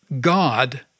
God